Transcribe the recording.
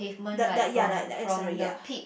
the the ya like is really ya